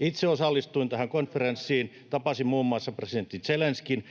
Itse osallistuin tähän konferenssiin. Tapasin muun muassa presidentti Zelenskyin.